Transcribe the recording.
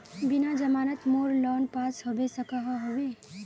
बिना जमानत मोर लोन पास होबे सकोहो होबे?